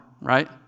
right